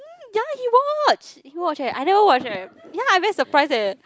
ya he watch he watch eh I never watch eh ya i very surprised eh